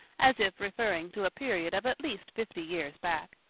as if referring to a period of at least fifty years back.